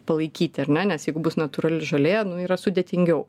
palaikyti ar ne nes jeigu bus natūrali žolė yra sudėtingiau